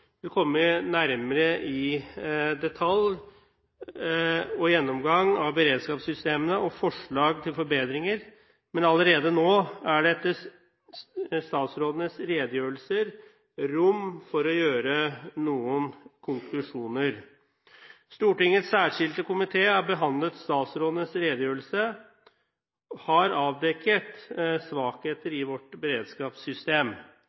vil gå nærmere i detalj i sin gjennomgang av beredskapssystemene og sine forslag til forbedringer, men allerede nå er det etter statsrådenes redegjørelser rom for å trekke noen konklusjoner. Stortingets særskilte komité har behandlet statsrådenes redegjørelse og avdekket svakheter